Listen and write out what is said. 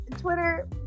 Twitter